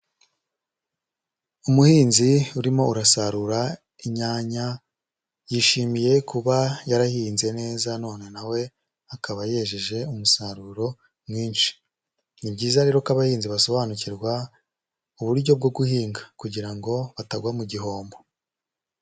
Umuhinzi urimo urasarura inyanya yishimiye kuba yarahinze neza none nawe akaba yejeje umusaruro mwinshi, ni byiza rero ko abahinzi basobanukirwa uburyo bwo guhinga kugira ngo batagwa mu gihombo.